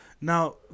Now